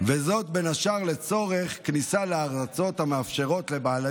וזאת בין השאר לצורך כניסה לארצות המאפשרות לבעלי